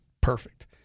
perfect